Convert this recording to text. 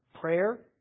prayer